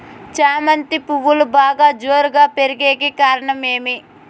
చామంతి పువ్వులు బాగా జోరుగా పెరిగేకి కారణం ఏమి?